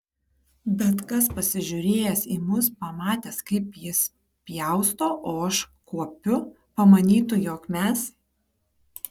bet kas pasižiūrėjęs į mus pamatęs kaip jis pjausto o aš kuopiu pamanytų jog mes